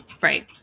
Right